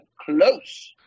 close